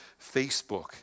Facebook